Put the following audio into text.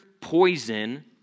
poison